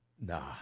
nah